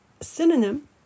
synonym